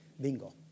bingo